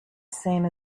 same